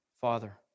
Father